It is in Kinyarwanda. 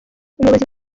umuyobozi